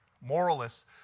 moralists